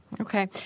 Okay